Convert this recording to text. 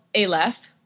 Aleph